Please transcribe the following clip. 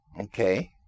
Okay